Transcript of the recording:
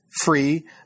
free